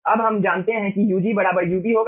अब हम जानते हैं कि ug बराबर ub होगा